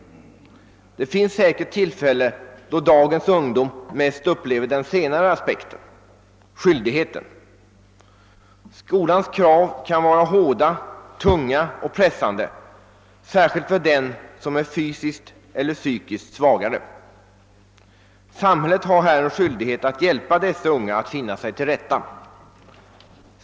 Det finns säkerligen tillfällen då dagens ungdom mest upplever den senare aspekten — skyldigheten. Skolans krav kan vara hårda, tunga och pressande, särskilt för dem som är fysiskt eller psykiskt svagare. Samhället har en skyldighet att hjälpa dessa unga att finna sig till rätta.